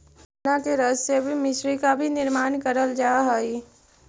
गन्ना के रस से मिश्री का भी निर्माण करल जा हई